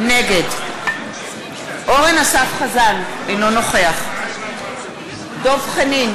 נגד אורן אסף חזן, אינו נוכח דב חנין,